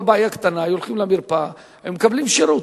כל בעיה קטנה היו הולכים למרפאה ומקבלים שירות.